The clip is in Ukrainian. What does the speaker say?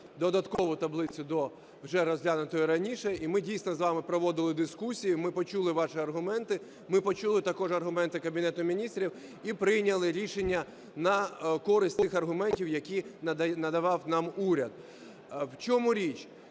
додаткову таблицю до вже розглянутої раніше. І ми, дійсно, з вами проводили дискусію, ми почули ваші аргументи, ми почули також аргументи Кабінету Міністрів і прийняли рішення на користь тих аргументів, які надавав нам уряд. В чому річ?